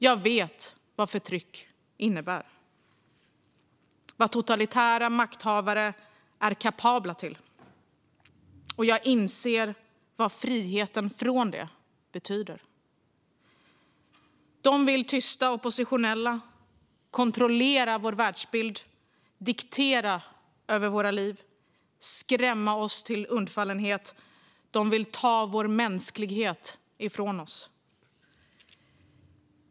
Jag vet vad förtryck innebär och vad totalitära makthavare är kapabla till. Jag inser vad friheten från det betyder. De vill tysta oppositionella, kontrollera vår världsbild och diktera våra liv. De vill skrämma oss till undfallenhet. De vill ta vår mänsklighet ifrån oss.